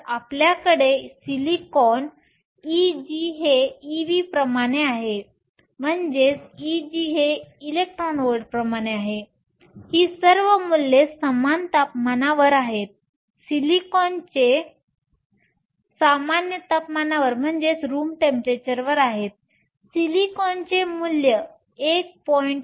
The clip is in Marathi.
तर आपल्याकडे सिलिकॉन Eg हे ev प्रमाणे आहे ही सर्व मूल्ये सामान्य तपमानावर आहेत सिलिकॉनचे मूल्य 1